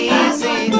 easy